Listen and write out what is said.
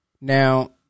Now